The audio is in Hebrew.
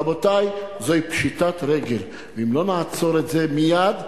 רבותי, זוהי פשיטת רגל, ואם לא נעצור את זה מייד,